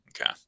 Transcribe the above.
Okay